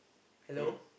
hello